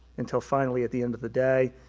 until finally, at the end of the day,